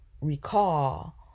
recall